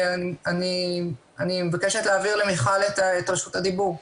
אני מבקשת להעביר למיכל את רשות הדיבור.